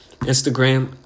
Instagram